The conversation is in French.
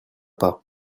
pas